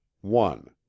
one